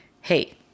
Hey